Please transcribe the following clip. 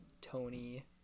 Tony